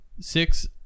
Six